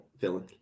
villain